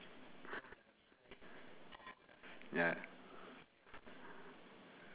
ya